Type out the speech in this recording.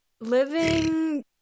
living